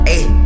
Ayy